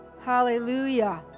hallelujah